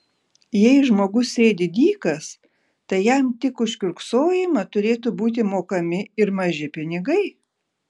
jei žmogus sėdi dykas tai jam tik už kiurksojimą turėtų būti mokami ir maži pinigai